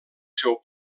seu